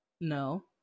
no